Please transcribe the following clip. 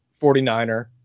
49er